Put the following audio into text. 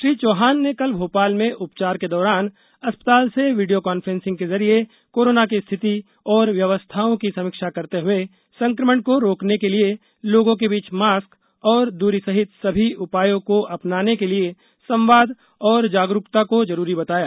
श्री चौहान ने कल भोपाल में उपचार के दौरान अस्पताल से वीडियों कॉन्फ्रेंसिंग के जरिए कोरोना की स्थिति और व्यवस्थाओं की समीक्षा करते हुए संकमण को रोकने के लिए लोगों के बीच मास्क और दूरी सहित सभी उपायों को अपनाने के लिए संवाद और जागरूकता को जरूरी बताया